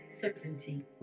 certainty